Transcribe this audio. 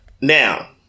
Now